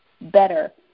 better